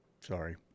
Sorry